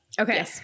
Okay